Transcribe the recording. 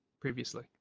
previously